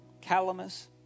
Calamus